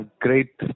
great